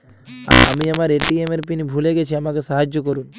আমি আমার ATM PIN ভুলে গেছি আমাকে সাহায্য করুন